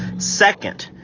second,